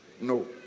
No